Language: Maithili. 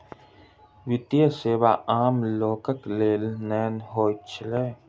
वित्तीय सेवा आम लोकक लेल नै होइत छै